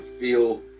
feel